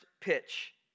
pitch